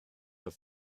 have